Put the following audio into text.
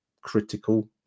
critical